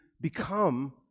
become